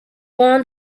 warn